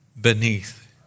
beneath